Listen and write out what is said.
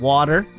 Water